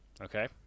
okay